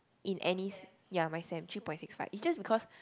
in any ya my sem three point six five is just because